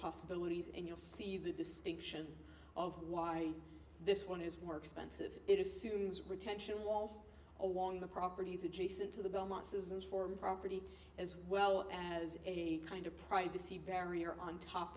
possibilities and you'll see the distinction of why this one is more expensive it assumes retention walls along the properties adjacent to the belmont susans form property as well as any kind of privacy barrier on top